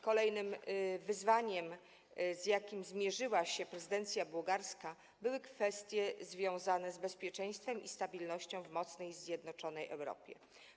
Kolejnym wyzwaniem, z jakim zmierzyła się prezydencja bułgarska, były kwestie związane z bezpieczeństwem i ze stabilnością w mocnej, zjednoczonej Europie.